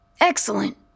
Excellent